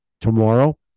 tomorrow